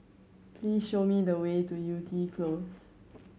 please show me the way to Yew Tee Close